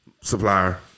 supplier